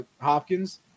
Hopkins –